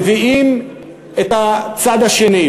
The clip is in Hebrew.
מביאים את הצד השני,